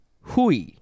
hui